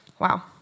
Wow